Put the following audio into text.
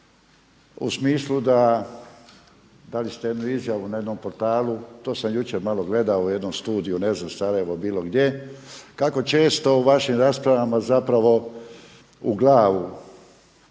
u smislu, dali ste jednu izjavu na jednom portalu, to sam jučer malo gledao u jednom studiju, ne znam Sarajevo bilo gdje, kako često u vašim raspravama u glavu